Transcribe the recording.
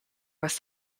was